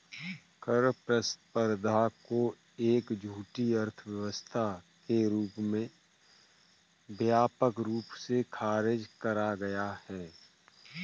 कर प्रतिस्पर्धा को एक झूठी अर्थव्यवस्था के रूप में व्यापक रूप से खारिज करा गया है